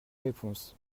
réponses